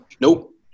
Nope